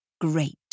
Great